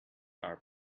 are